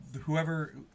whoever